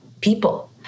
people